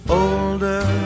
older